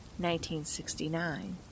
1969